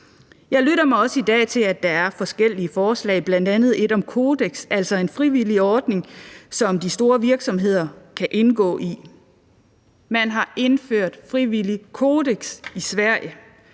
Jeg lytter mig også i dag til, at der er forskellige forslag, bl.a. et om et kodeks, altså en frivillig ordning, som de store virksomheder kan indgå i. Man har indført et frivilligt kodeks i Sverige.